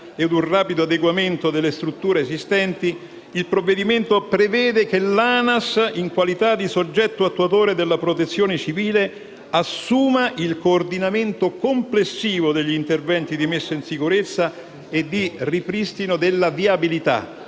e un rapido adeguamento delle strutture esistenti, il provvedimento prevede che l'ANAS, in qualità di soggetto attuatore della Protezione civile, assuma il coordinamento complessivo degli interventi di messa in sicurezza e ripristino della viabilità